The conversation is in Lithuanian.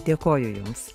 dėkoju jums